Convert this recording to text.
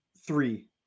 three